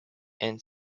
and